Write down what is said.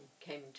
came